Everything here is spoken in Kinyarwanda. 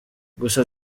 gusa